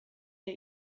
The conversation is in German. der